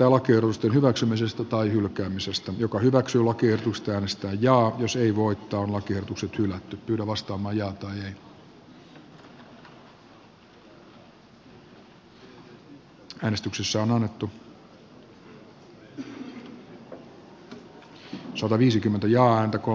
hallitus seuraa laista aiheutuvien arviointikustannusten kohtuullisuutta suhteessa maatalouden kannattavuuteen ja ryhtyy tarvittaviin toimenpiteisiin lainsäädännön muuttamiseksi mikäli kustannukset